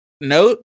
note